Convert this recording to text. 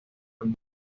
antiguos